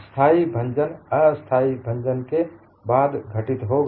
अस्थाई भंजन स्थाई भंजन के बाद घटित होगा